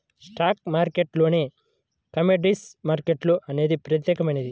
stock మార్కెట్టులోనే commodities market అనేది ప్రత్యేకమైనది